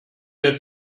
der